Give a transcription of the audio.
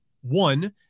one